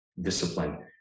discipline